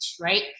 right